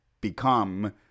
become